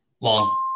Long